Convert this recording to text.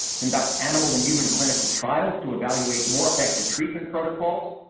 conduct animal and human clinical trials to evaluate more effective treatment protocols,